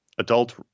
Adult